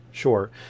Sure